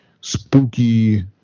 spooky